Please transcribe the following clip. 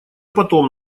потом